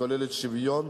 הכוללת שוויון